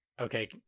okay